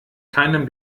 keinen